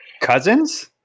Cousins